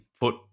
put